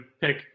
pick